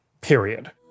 period